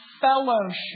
fellowship